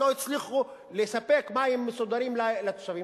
לא הצליחו לספק מים מסודרים לתושבים,